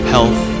Health